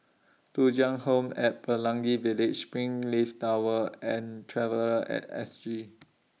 Thuja Home At Pelangi Village Springleaf Tower and Traveller At S G